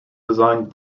designed